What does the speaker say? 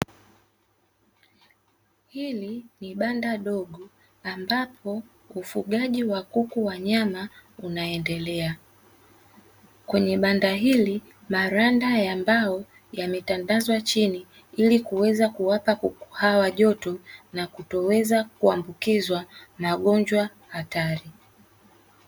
Hili ni banda dogo ambapo ufugaji wa kuku wa nyama unaendelea, kwenye banda hili maranda ya mbao yametandazwa chini. Ili kuweza kuwapa kuku hawa joto na kutoweza kuambukizwa magonjwa hatari.